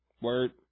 Word